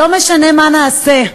לא משנה מה נעשה,